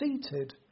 seated